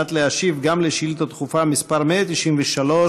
מנת להשיב גם על שאילתה דחופה מס' 193